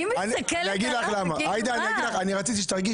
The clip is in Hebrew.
אנחנו מצביעים ואנחנו מנסים להכין חוק ואנחנו מביאים הסתייגויות